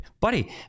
buddy